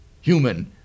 human